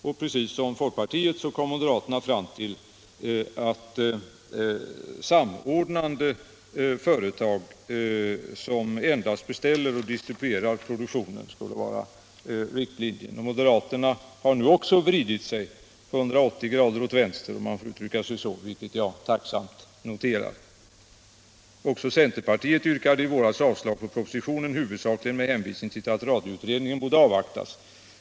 Liksom folkpartiet kom moderaterna fram till ett samordnande företag, som endast beställer och distribuerar produktionen. Också moderaterna har nu vridit sig 180 grader åt vänster — om jag får uttrycka mig så — vilket jag tacksamt noterar. Även centerpartiet yrkade i våras avslag på propositionen, huvudsakligen med hänvisning till att radioutredningen borde avvaktas.